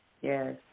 yes